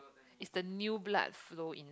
it's the new blood flow in